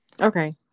Okay